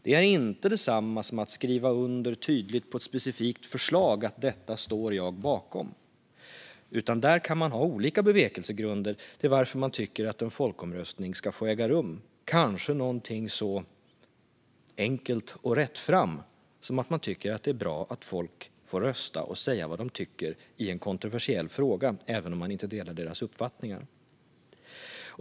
Det är inte detsamma som att skriva under ett tydligt och specifikt förslag som man står bakom, utan man kan ha olika bevekelsegrunder för att man tycker att en folkomröstning ska få äga rum - kanske något så enkelt och rättframt som att man tycker att det är bra att folk får rösta och säga vad de tycker i en kontroversiell fråga, även om man inte delar deras uppfattningar.